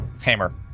hammer